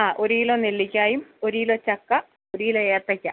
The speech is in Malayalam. ആ ഒരു കിലോ നെല്ലിക്കായും ഒരു കിലോ ചക്ക ഒരു കിലോ ഏത്തയ്ക്ക